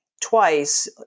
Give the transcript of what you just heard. twice